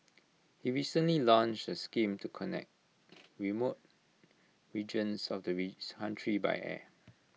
he recently launched A scheme to connect remote regions of the country by air